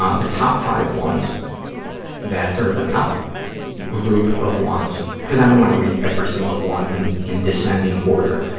ah the top five ones that, or the top group of ones, because i don't want to read every single one in in descending order.